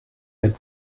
had